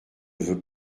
veut